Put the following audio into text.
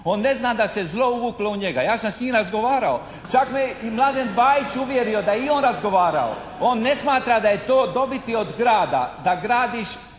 On ne zna da se zlo uvuklo u njega. Ja sam s njim razgovarao. Čak me je i Mladen Bajić uvjerio da je i on razgovarao. On ne smatra da je to dobiti od grada da gradiš